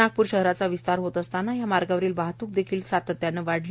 नागपूर शहराचा विस्तार होत असतांना या मार्गवरील वाहतूक देखील सातत्यानं वाढली